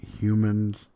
human's